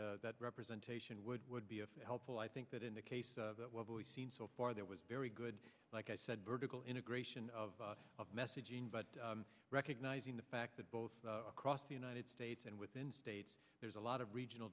that representation would would be of helpful i think that in the case seemed so far there was very good like i said vertical integration of of messaging but recognizing the fact that both across the united states and within states there's a lot of regional